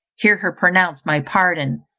hear her pronounce my pardon,